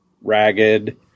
ragged